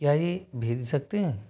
क्या ये भेज सकते हैं